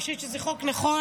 אני חושבת שזה חוק נכון.